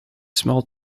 small